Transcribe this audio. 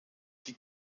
die